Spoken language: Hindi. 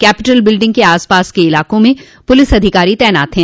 कैपिटल बिल्डिंग के आसपास के इलाकों में पुलिस अधिकारी तैनात हैं